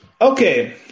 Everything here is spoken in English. Okay